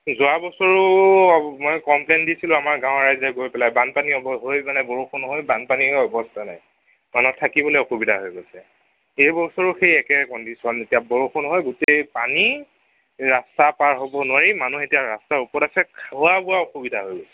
যোৱা বছৰো মানে কমপ্লেইন দিছিলোঁ আমাৰ গাঁৱৰ ৰাইজে গৈ পেলাই বানপানী হৈ মানে বৰষুণ হৈ বানপানী হৈ অৱস্থা নাই মানুহৰ থাকিবলৈ অসুবিধা হৈ গৈছে এই বছৰো সেই একেই কনডিচন এতিয়া বৰষুণ হৈ গোটেই পানী ৰাস্তা পাৰ হ'ব নোৱাৰি মানুহ এতিয়া ৰাস্তাৰ ওপৰত আছে খোৱা বোৱাৰ অসুবিধা হৈ গৈছে